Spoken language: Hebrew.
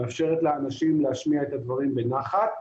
מאפשר לאנשים להשמיע את הדברים בנחת,